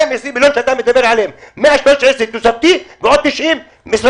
220 מיליון שאתה מדבר עליהם: 113 תוספתי ועוד 90 משרדי,